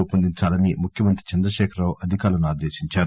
రూపొందించాలని ముఖ్యమంత్రి చంద్రశేఖరరావు అధికారులను ఆదేశించారు